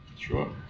Sure